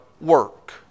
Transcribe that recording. work